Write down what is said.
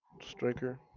striker